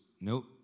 Nope